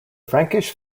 frankish